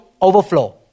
overflow